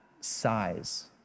size